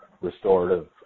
restorative